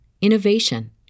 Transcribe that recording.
innovation